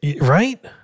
right